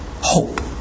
Hope